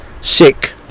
sick